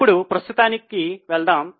ఇప్పుడు ప్రస్తుతానికి వెళదాము